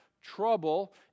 trouble